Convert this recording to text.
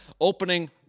opening